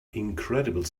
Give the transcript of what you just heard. incredible